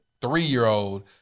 three-year-old